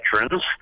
veterans